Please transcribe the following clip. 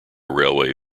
railway